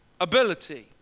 ability